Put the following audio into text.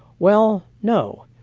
well, no.